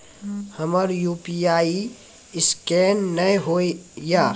हमर UPI scan नेय हो या?